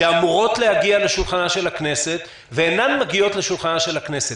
שאמורות להגיע לשולחנה של הכנסת ואינן מגיעות לשולחנה של הכנסת.